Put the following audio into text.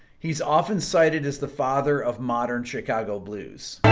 he's often cited as the father of modern chicago blues